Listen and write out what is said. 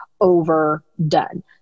overdone